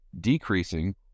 decreasing